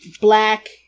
black